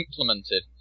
implemented